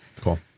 Cool